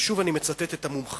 ושוב אני מצטט את המומחים,